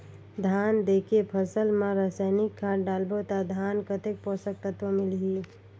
धान देंके फसल मा रसायनिक खाद डालबो ता धान कतेक पोषक तत्व मिलही?